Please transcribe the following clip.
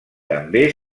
també